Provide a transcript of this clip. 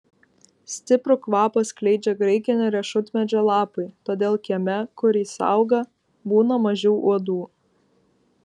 stiprų kvapą skleidžia graikinio riešutmedžio lapai todėl kieme kur jis auga būna mažiau uodų